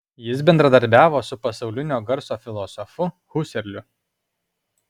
jis bendradarbiavo su pasaulinio garso filosofu huserliu